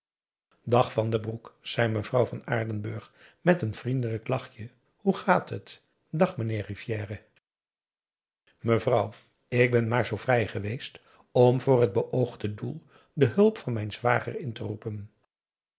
dag van den broek zei mevrouw van aardenburg met een vriendelijk lachje hoe gaat het dag meneer rivière mevrouw ik ben maar zoo vrij geweest om voor het beoogde doel de hulp van mijn zwager in te roepen